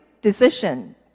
decision